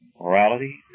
Morality